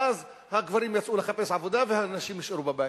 ואז הגברים יצאו לחפש עבודה והנשים נשארו בבית.